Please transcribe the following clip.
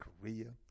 Korea